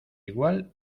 igual